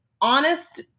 honest